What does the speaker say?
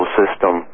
system